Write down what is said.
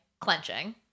clenching